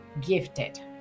gifted